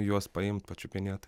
juos paimt pačiupinėt